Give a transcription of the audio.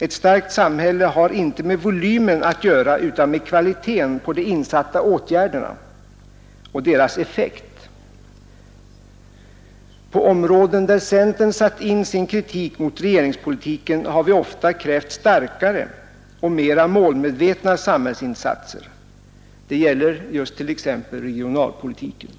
Ett starkt samhälle har inte med volymen utan med kvaliteten på de insatta åtgärderna och deras effekt att göra. På områden där centern satt in sin kritik mot regeringspolitiken har vi ofta krävt starkare och mera målmedvetna sam hällsinsatser. Det gäller t.ex. regionalpolitiken.